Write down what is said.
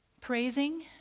praising